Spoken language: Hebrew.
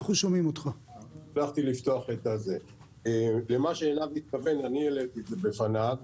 שלום, מה שעינב מתכוון, אני העליתי את זה בפניו.